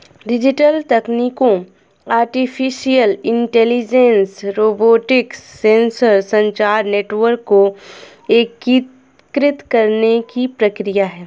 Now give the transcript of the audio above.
digital तकनीकों artificial intelligence, robotics, sensor, संचार network को एकीकृत करने की प्रक्रिया है